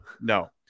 no